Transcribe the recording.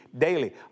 daily